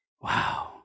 wow